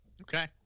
Okay